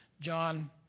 John